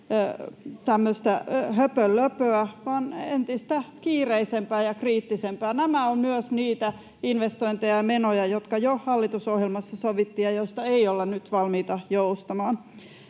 tämmöstä höpönlöpöä vaan entistä kiireisempää ja kriittisempää. Nämä ovat myös niitä investointeja ja menoja, jotka jo hallitusohjelmassa sovittiin ja joista ei olla nyt valmiita joustamaan.